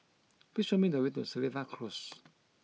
please show me the way to Seletar Close